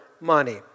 money